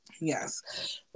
yes